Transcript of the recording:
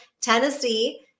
Tennessee